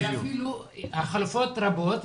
החלופות רבות.